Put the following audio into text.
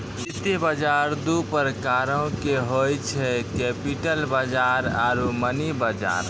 वित्त बजार दु प्रकारो के होय छै, कैपिटल बजार आरु मनी बजार